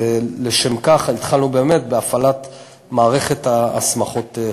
ולשם כך התחלנו באמת בהפעלת מערכת הסמכות חדשה.